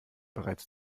bereits